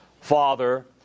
Father